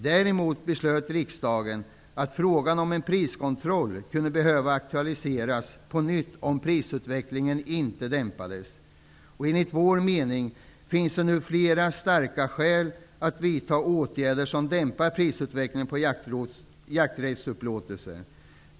Däremot beslöt riksdagen att frågan om en priskontroll kunde behöva aktualiseras på nytt om prisutvecklingen inte dämpades. Enligt vår mening finns det nu flera starka skäl för att vidta åtgärder, som dämpar prisutvecklingen på jakträttsupplåtelser.